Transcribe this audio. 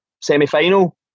semi-final